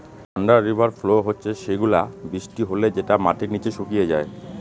under river flow হচ্ছে সেগুলা বৃষ্টি হলে যেটা মাটির নিচে শুকিয়ে যায়